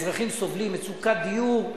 בצורה מכובדת,